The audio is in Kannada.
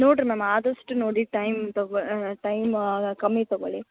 ನೋಡಿರಿ ಮ್ಯಾಮ್ ಆದಷ್ಟು ನೋಡಿ ಟೈಮ್ ತಗೋ ಟೈಮ್ ಕಮ್ಮಿ ತಗೊಳ್ಳಿ